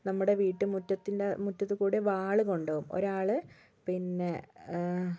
നമ്മുടെ വീട്ടു മുറ്റത്തിൻ്റെ മുറ്റത്തുകൂടി വാൾ കൊണ്ടുപോവും ഒരാൾ പിന്നെ